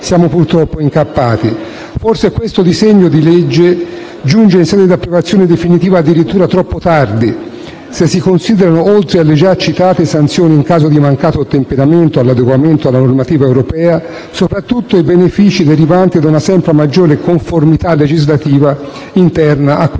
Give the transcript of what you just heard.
(*Segue* MAZZONI). Forse questo disegno di legge giunge in sede di approvazione definitiva addirittura troppo tardi, se si considerano, oltre alle già citate sanzioni in caso di mancato ottemperamento all'adeguamento alla normativa europea, soprattutto i benefici derivanti da una sempre maggiore conformità legislativa interna a quella